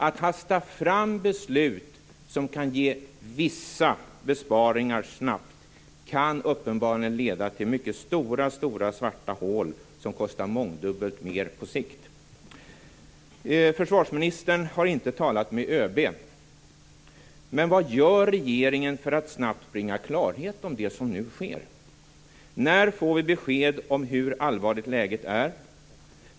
Att hasta fram beslut som kan ge vissa besparingar snabbt kan uppenbarligen leda till mycket stora svarta hål som kostar mångdubbelt mer på sikt. Försvarsministern har inte talat med ÖB. Men vad gör regeringen för att snabbt bringa klarhet i det som nu sker? När får vi besked om hur allvarligt läget är?